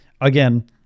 again